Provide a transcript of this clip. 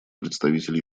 представитель